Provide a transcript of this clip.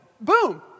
boom